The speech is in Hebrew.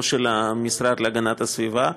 לא של המשרד להגנת הסביבה,